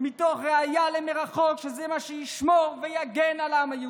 מתוך ראייה לרחוק שזה מה שישמור ויגן על העם היהודי,